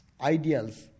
Ideals